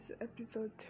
episode